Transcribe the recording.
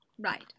Right